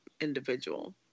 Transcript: individual